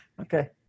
Okay